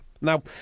Now